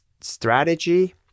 strategy